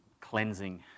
cleansing